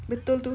better to